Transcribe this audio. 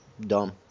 dumb